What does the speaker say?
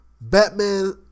Batman